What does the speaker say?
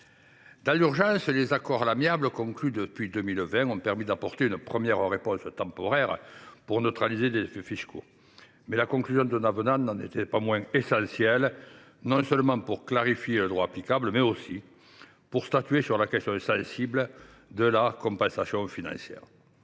Dans l’urgence, les accords amiables conclus en 2020 ont permis d’apporter une première réponse temporaire pour neutraliser les effets de bord fiscaux. La signature du présent avenant n’en était pas moins essentielle, non seulement pour clarifier le droit applicable, mais aussi pour statuer sur la question sensible de la compensation financière.